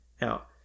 Now